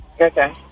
Okay